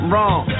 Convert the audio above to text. Wrong